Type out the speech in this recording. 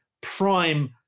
prime